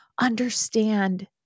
understand